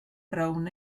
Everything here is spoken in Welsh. brown